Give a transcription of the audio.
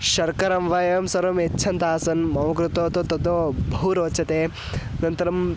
शर्करां वा एवं सर्वं यच्छन्तः सन् मम कृते तु तत् बहु रोचते अनन्तरं